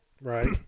Right